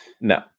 no